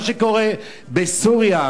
מה שקורה בסוריה,